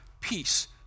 peace